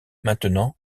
maintenant